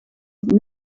het